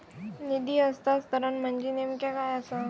निधी हस्तांतरण म्हणजे नेमक्या काय आसा?